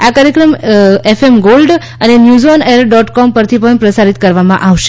આ કાર્યક્રમ F gold અને news on air dot com પરથી પણ પ્રસારીત કરવામાં આવશે